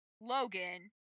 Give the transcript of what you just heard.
Logan